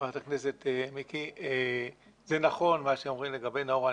זה נכון מה שאומרים לגבי נאעורה.